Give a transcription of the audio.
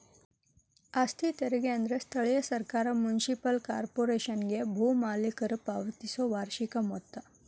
ಆಸ್ತಿ ತೆರಿಗೆ ಅಂದ್ರ ಸ್ಥಳೇಯ ಸರ್ಕಾರ ಮುನ್ಸಿಪಲ್ ಕಾರ್ಪೊರೇಶನ್ಗೆ ಭೂ ಮಾಲೇಕರ ಪಾವತಿಸೊ ವಾರ್ಷಿಕ ಮೊತ್ತ